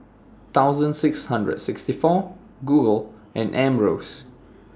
thousand six hundred sixty four Google and Ambros